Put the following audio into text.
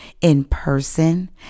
in-person